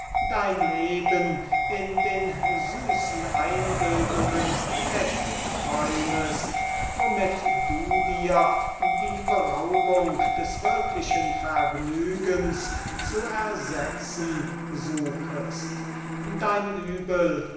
dein leben mit den süßen einbildungen wegträumest womit du dir die beraubung des würklichen vergnügens zu ersetzen suchst dein